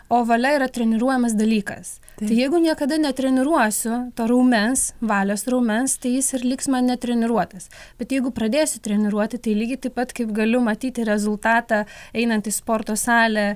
o valia yra treniruojamas dalykas tai jeigu niekada netreniruosiu raumens valios raumens tai jis ir liks man netreniruotas bet jeigu pradėsiu treniruoti tai lygiai taip pat kaip galiu matyti rezultatą einant į sporto salę